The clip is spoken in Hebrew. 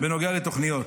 בנוגע לתוכניות.